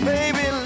Baby